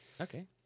Okay